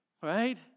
right